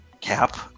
cap